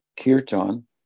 kirtan